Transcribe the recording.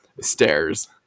stairs